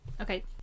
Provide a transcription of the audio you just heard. Okay